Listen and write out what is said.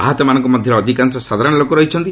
ଆହତମାନଙ୍କ ମଧ୍ୟରେ ଅଧିକାଂଶ ସାଧାରଣ ଲୋକ ରହିଛନ୍ତି